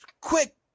quick